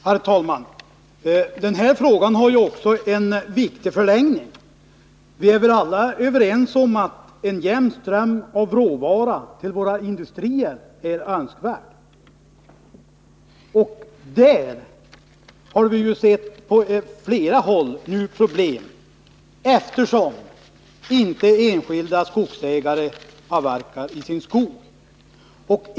Herr talman! Den här frågan har också en viktig förlängning. Vi är väl alla överens om att en jämn ström av råvara till våra industrier är önskvärd. Här har nu på flera håll problem uppstått, eftersom enskilda skogsägare inte avverkar i sin skog.